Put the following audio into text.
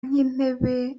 nk’intebe